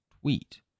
tweet